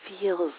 feels